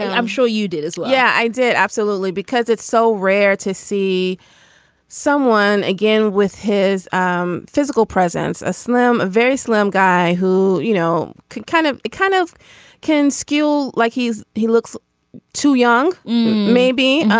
i'm sure you did as well. yeah i did absolutely because it's so rare to see someone again with his um physical presence a slim very slim guy who you know can kind of kind of can skill like he's he looks too young maybe.